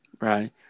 Right